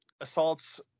assaults